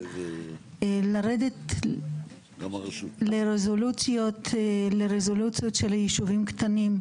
לרדת לרזולוציות של היישובים קטנים,